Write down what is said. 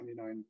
29